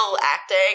acting